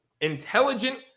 intelligent